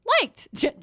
liked